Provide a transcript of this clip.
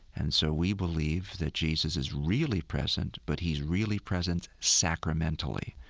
and so we believe that jesus is really present, but he's really present sacramentally,